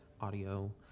audio